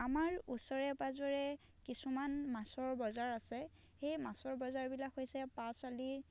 আমাৰ ওচৰে পাজৰে কিছুমান মাছৰ বজাৰ আছে সেই মাছৰ বজাৰবিলাক হৈছে পাঁচআলি